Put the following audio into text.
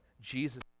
Jesus